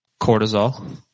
Cortisol